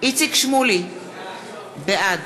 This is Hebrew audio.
איציק שמולי, בעד